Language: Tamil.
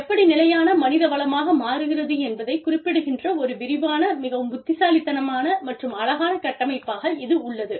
எப்படி நிலையான மனித வளமாக மாறுகிறது என்பதைக் குறிப்பிடுகின்ற ஒரு விரிவான மிகவும் புத்திசாலித்தனமான மற்றும் அழகான கட்டமைப்பாக இது உள்ளது